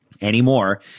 anymore